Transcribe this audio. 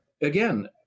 again